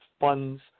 funds